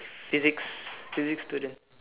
physics physics student